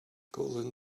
golden